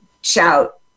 shout